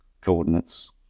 Coordinates